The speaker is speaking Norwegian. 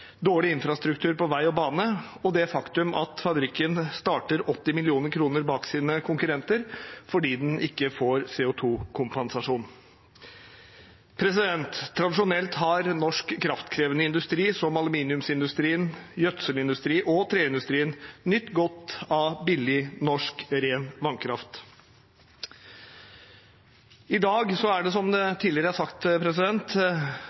dårlig infrastruktur på vei og bane og det faktum at fabrikken starter 80 mill. kr bak sine konkurrenter fordi den ikke får CO 2 -kompensasjon. Tradisjonelt har norsk kraftkrevende industri, som aluminiumsindustrien, gjødselindustrien og treindustrien, nytt godt av billig norsk, ren vannkraft. I dag er det, som det